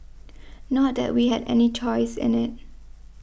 not that we had any choice in it